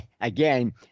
again